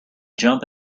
jump